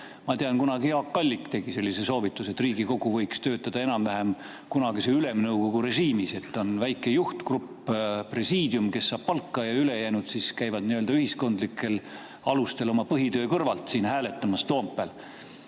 Ma tean, kunagi Jaak Allik tegi sellise soovituse, et Riigikogu võiks töötada enam-vähem kunagise Ülemnõukogu režiimis, et on väike juhtgrupp, presiidium, kes saab palka, ja ülejäänud siis käivad nii-öelda ühiskondlikel alustel oma põhitöö kõrvalt siin Toompeal